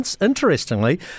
Interestingly